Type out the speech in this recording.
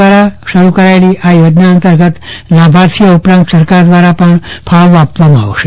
દ્વારા શરુ કરાયેલી આ યોજના અંતર્ગત લાભાર્થી ઉપરાંત સરકાર દ્વારા પજ્ઞ ફાળો આપવામાં આવશે